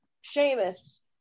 Sheamus